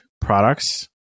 products